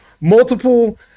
multiple